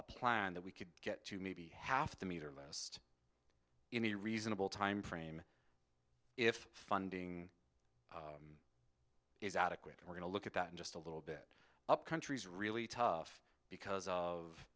a plan that we could get to maybe half the meter list in a reasonable timeframe if funding is adequate we're going to look at that in just a little bit up countries really tough because of